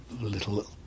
little